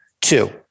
Two-